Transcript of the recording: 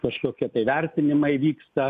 kažkokie tai vertinimai vyksta